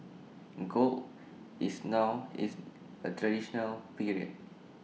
gold is now is A transitional period